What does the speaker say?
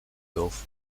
gulf